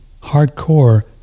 hardcore